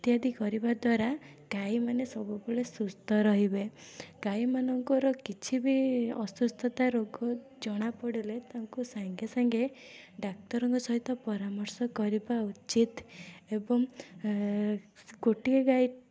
ଇତ୍ୟାଦି କରିବା ଦ୍ୱାରା ଗାଈମାନେ ସବୁବେଳେ ସୁସ୍ଥ ରହିବେ ଗାଈମାନଙ୍କର କିଛି ବି ଅସୁସ୍ଥତା ରୋଗ ଜଣାପଡ଼ିଲେ ତାଙ୍କୁ ସାଙ୍ଗେ ସାଙ୍ଗେ ଡାକ୍ତରଙ୍କ ସହିତ ପରାମର୍ଶ କରିବା ଉଚିତ୍ ଏବଂ ଗୋଟିଏ ଗାଈ